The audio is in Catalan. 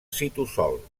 citosol